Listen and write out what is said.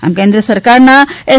આમ કેન્દ્ર સરકારના એસ